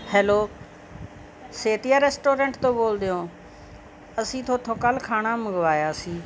hello Setia restaurant ਤੋਂ ਬੋਲਦੇ ਹੋ ਅਸੀਂ ਤੁਹਾਡੇ ਤੋਂ ਕੱਲ੍ਹ ਖਾਣਾ ਮੰਗਵਾਇਆ ਸੀ